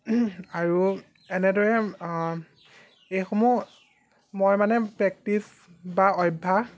আৰু এনেদৰে এইসমূহ মই মানে প্ৰেকটিচ বা অভ্যাস